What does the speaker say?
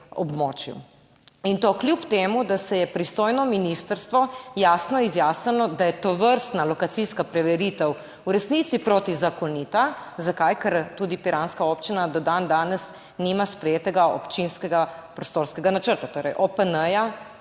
In to kljub temu da se je pristojno ministrstvo jasno izjasnilo, da je tovrstna lokacijska preveritev v resnici protizakonita. Zakaj? Ker tudi piranska občina do dandanes nima sprejetega občinskega prostorskega načrta, torej OPN